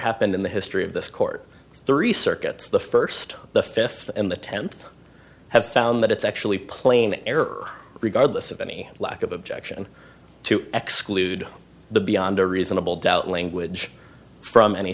happened in the history of this court three circuits the first the fifth and the tenth have found that it's actually plain error regardless of any lack of objection to exclude the beyond a reasonable doubt language from any